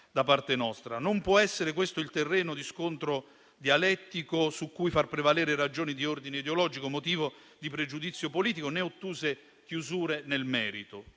Non può essere questo il terreno di scontro dialettico su cui far prevalere ragioni di ordine ideologico, motivo di pregiudizio politico, né ottuse chiusure nel merito.